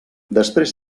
després